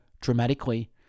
dramatically